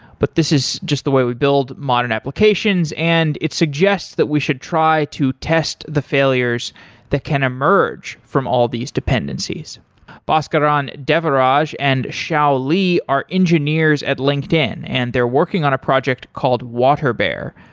but this is just the way we build modern applications and it suggests that we should try to test the failures that can emerge from all these dependencies bhaskaran devaraj and shao li are engineers at linkedin, and they're working on a project called water bea,